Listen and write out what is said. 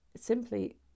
simply